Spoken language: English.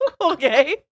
Okay